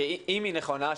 שאם היא נכונה,